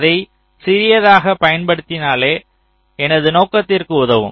அதை சிறியதாக பயன்படுத்தினாலே எனது நோக்கத்திற்கு உதவும்